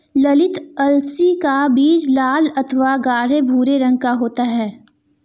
ललीत अलसी का बीज लाल अथवा गाढ़े भूरे रंग का होता है